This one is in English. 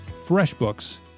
FreshBooks